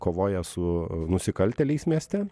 kovoja su nusikaltėliais mieste